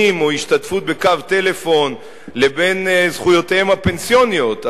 או השתתפות בקו טלפון לבין זכויותיהם הפנסיוניות.